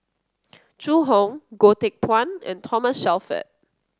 Zhu Hong Goh Teck Phuan and Thomas Shelford